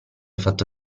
fatto